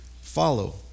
follow